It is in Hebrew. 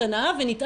ולכל היותר,